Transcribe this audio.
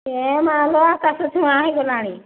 ଏ ମା'ଲୋ ଆକାଶ ଛୁଆଁ ହେଇଗଲାଣି